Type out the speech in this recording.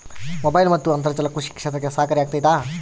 Mobile ಮತ್ತು ಅಂತರ್ಜಾಲ ಕೃಷಿ ಕ್ಷೇತ್ರಕ್ಕೆ ಸಹಕಾರಿ ಆಗ್ತೈತಾ?